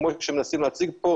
כמו שמנסים להציג כאן,